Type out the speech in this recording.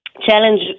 challenge